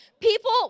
People